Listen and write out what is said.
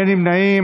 אין נמנעים.